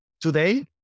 today